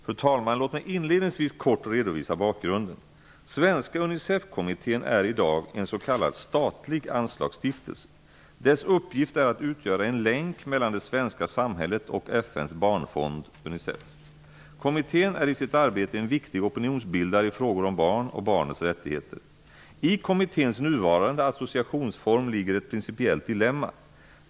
Fru talman! Låt mig inledningsvis kort redovisa bakgrunden. Svenska Unicefkommittén är i dag en s.k. statlig anslagsstiftelse. Dess uppgift är att utgöra en länk mellan det svenska samhället och FN:s barnfond . Kommittén är i sitt arbete en viktig opinionsbildare i frågor om barn och barnets rättigheter. I kommitténs nuvarande associationsform ligger ett principiellt dilemma.